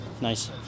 nice